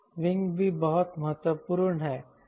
wing भी बहुत महत्वपूर्ण है